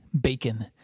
Bacon